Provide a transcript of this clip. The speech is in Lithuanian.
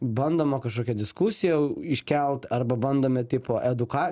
bandoma kažkokia diskusija iškelt arba bandome tipo eduka